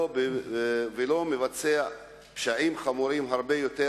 ולא מבצע פשעים חמורים הרבה יותר,